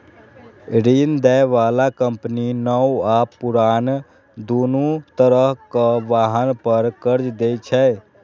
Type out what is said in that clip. ऋण दै बला कंपनी नव आ पुरान, दुनू तरहक वाहन पर कर्ज दै छै